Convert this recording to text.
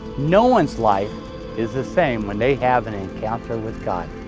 no one's life is the same when they have an encounter with god.